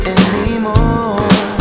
anymore